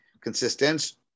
consistence